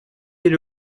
или